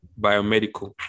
biomedical